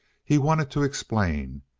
he wanted to explain.